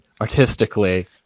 artistically